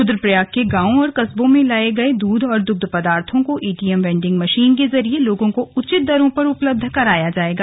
रूद्रप्रयाग के गांवों और कस्बों से लाए गए दूध और दुग्ध पदार्थों को एटीएम वैंडिंग मशीन के जरिये लोगों को उचित दरों पर उपलब्ध कराया जाएगा